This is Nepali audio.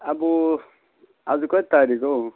अब आज कति तारिख हो